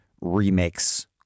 remakes